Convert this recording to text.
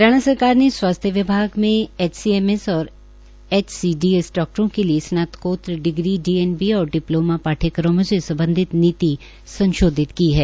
हरियाणा सरकार ने स्वास्थ्य विभाग में एचसीएमएस और एचसीडीएस डाक्टरों के लिए स्नातकोतर डी एन बी और डिप्लोमा पाठ्यक्रमों से सम्बधित नीति संशोधित की है